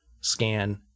scan